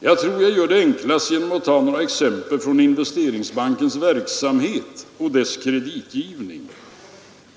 Jag tror jag gör det enklast genom att ta några exempel från Investeringsbankens verksamhet och dess kreditgivning.